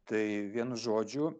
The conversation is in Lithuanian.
tai vienu žodžiu